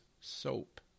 soap